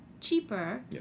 cheaper